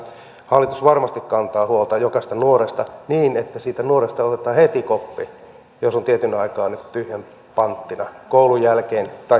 hallitus varmasti kantaa huolta jokaisesta nuoresta niin että siitä nuoresta otetaan heti koppi jos on tietyn aikaa tyhjän panttina koulun jälkeen tai työttömänä